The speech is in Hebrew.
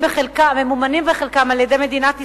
הממומנים בחלקם על-ידי מדינת ישראל,